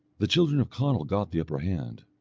the children of conall got the upper hand,